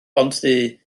bontddu